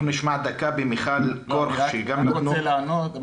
אנחנו נשמע דקה ממיכל כורך --- מכון